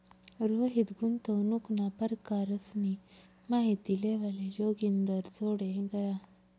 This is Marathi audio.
रोहित गुंतवणूकना परकारसनी माहिती लेवाले जोगिंदरजोडे गया